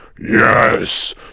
yes